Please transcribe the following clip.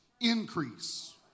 increase